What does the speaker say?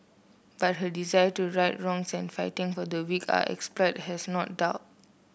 but her desire to right wrongs and fight for the weak are exploited has not dulled